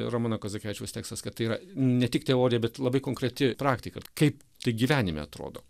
ramūno kazakevičiaus tekstas kad tai yra ne tik teorija bet labai konkreti praktika kaip tai gyvenime atrodo